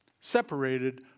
Separated